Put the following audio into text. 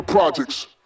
Projects